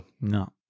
No